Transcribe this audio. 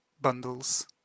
bundles